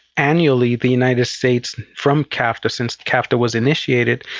annually the united states, from cafta, since cafta was initiated,